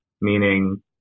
meaning